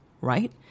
right